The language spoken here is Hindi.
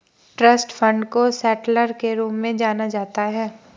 ट्रस्ट फण्ड को सेटलर के रूप में जाना जाता है